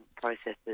processes